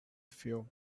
feel